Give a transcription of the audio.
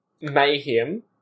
mayhem